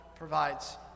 provides